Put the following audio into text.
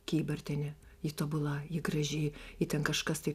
kybartienė ji tobula ji graži ji ten kažkas tai